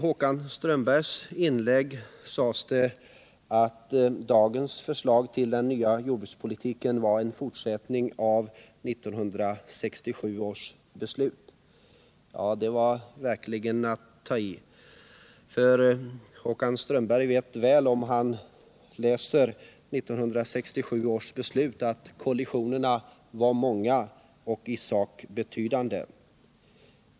Håkan Strömberg sade i sitt inlägg att dagens förslag till ny jordbrukspolitik var en fortsättning av 1967 års beslut. Det var verkligen att ta i! Håkan Strömberg finner om han läser 1967 års beslut att kollisionerna var många och i sak betydande.